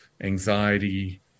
anxiety